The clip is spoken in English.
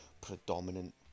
predominant